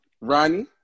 Ronnie